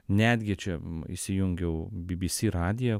netgi čia įsijungiau bbc radiją